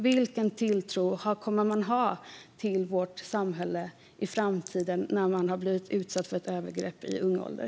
Vilken tilltro kommer man att ha till vårt samhälle i framtiden när man har blivit utsatt för ett övergrepp i ung ålder?